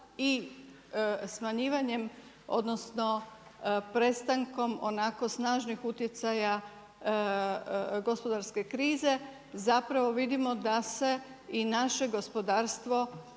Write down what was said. i smanjivanjem odnosno prestankom onako snažnih utjecaja gospodarske krize zapravo vidimo da se i naše gospodarstvo